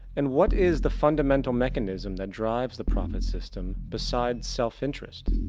and what is the fundamental mechanism that drives the profit system besides self-interest?